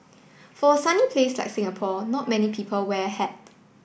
for a sunny place like Singapore not many people wear a hat